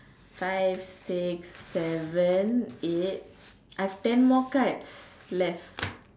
five six seven eight I have ten more cards left